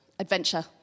adventure